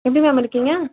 எப்படி மேம் இருக்கீங்கள்